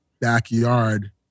backyard